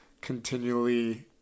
continually